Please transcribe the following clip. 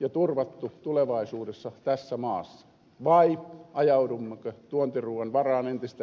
ja turvattu tulevaisuudessa tässä maassa vai ajaudummeko tuontiruuan varaan entistä enemmän